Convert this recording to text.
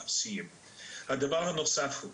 הדבר הנוסף הוא